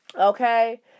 Okay